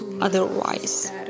otherwise